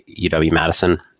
UW-Madison